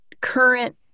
current